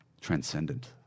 Transcendent